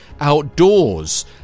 outdoors